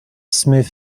smith